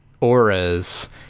auras